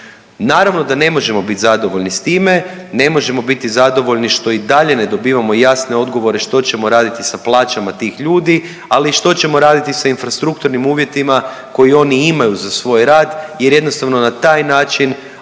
Naravno da ne možemo biti zadovoljni s time. Ne možemo biti zadovoljni što i dalje ne dobivamo jasne odgovore što ćemo raditi sa plaćama tih ljudi, ali i što ćemo raditi sa infrastrukturnim uvjetima koji oni imaju za svoj rad jer jednostavno na taj način